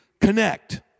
connect